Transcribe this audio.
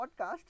podcast